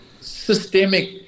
systemic